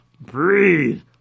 Breathe